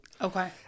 okay